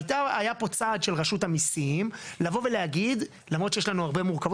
היה פה צד של רשות המיסים להגיד שלמרות שהעניין מורכב